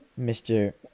Mr